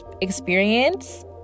experience